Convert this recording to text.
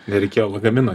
nereikėjo lagamino